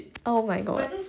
oh my god